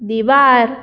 दिवार